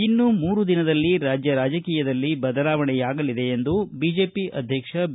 ಇನ್ನು ಮೂರು ದಿನದಲ್ಲಿ ರಾಜಕೀಯದಲ್ಲಿ ಬದಲಾವಣೆಯಾಗಲಿದೆ ಎಂದು ಬಿಜೆಪಿ ಅಧ್ಯಕ್ಷ ಬಿ